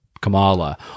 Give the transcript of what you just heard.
Kamala